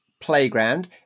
playground